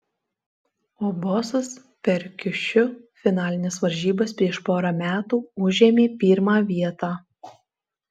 o bosas per kiušiu finalines varžybas prieš porą metų užėmė pirmą vietą